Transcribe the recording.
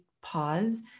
pause